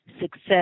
success